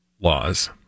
laws